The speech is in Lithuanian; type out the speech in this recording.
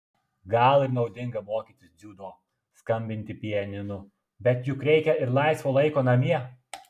gal ir naudinga mokytis dziudo skambinti pianinu bet juk reikia ir laisvo laiko namie